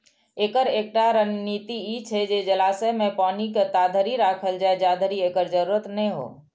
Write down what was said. एकर एकटा रणनीति ई छै जे जलाशय मे पानि के ताधरि राखल जाए, जाधरि एकर जरूरत नै हो